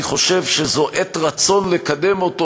אני חושב שזאת עת רצון לקדם אותו,